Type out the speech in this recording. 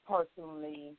personally